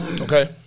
okay